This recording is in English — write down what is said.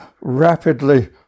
rapidly